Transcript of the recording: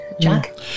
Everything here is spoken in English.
Jack